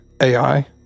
AI